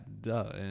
duh